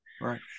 right